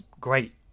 great